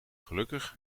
gelukkig